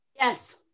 Yes